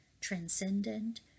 transcendent